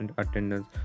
attendance